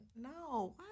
No